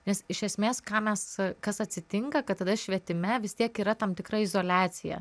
nes iš esmės ką mes kas atsitinka kad tada švietime vis tiek yra tam tikra izoliacija